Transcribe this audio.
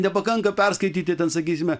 nepakanka perskaityti ten sakysime